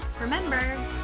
remember